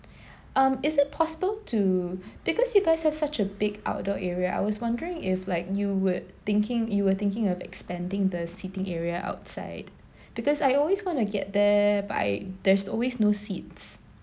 um is it possible to because you guys have such a big outdoor area I was wondering if like you would thinking you were thinking of expanding the sitting area outside because I always wanna get there but I there's always no seats